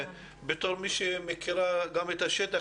בתור מי שמכירה גם את השטח,